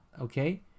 okay